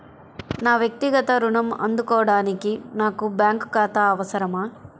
నా వక్తిగత ఋణం అందుకోడానికి నాకు బ్యాంక్ ఖాతా అవసరమా?